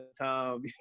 time